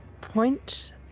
point